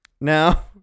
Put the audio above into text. now